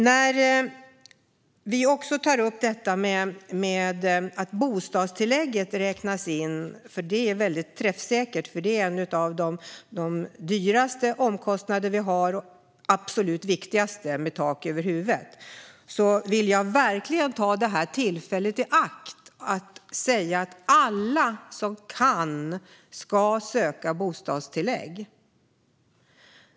När vi nu tar upp detta med att bostadstillägget, som är väldigt träffsäkert och en av de dyraste omkostnader vi har och även en av de absolut viktigaste då det gäller tak över huvudet, räknas in vill jag verkligen ta tillfället i akt att säga: Alla som kan ska söka bostadstillägg.